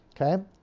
Okay